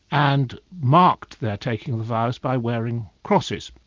and marked their taking of vows by wearing crosses.